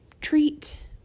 treat